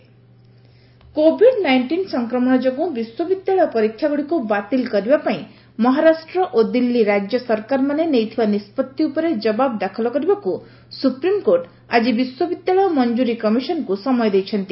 SC UGC covid nineteen ସଂକ୍ରମଣ ଯୋଗୁଁ ବିଶ୍ୱବିଦ୍ୟାଳୟ ପରୀକ୍ଷାଗୁଡ଼ିକୁ ବାତିଲ କରିବା ପାଇଁ ମହାରାଷ୍ଟ୍ର ଓ ଦିଲ୍ଲୀ ରାଜ୍ୟ ସରକାରମାନେ ନେଇଥିବା ନିଷ୍ପତ୍ତି ଉପରେ ଜବାବ ଦାଖଲ କରିବାକୁ ସୁପ୍ରିମକୋର୍ଟ ଆଜି ବିଶ୍ୱବିଦ୍ୟାଳୟ ମଙ୍କୁରୀ କମିଶନକୁ ସମୟ ଦେଇଛନ୍ତି